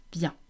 bien